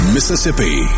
Mississippi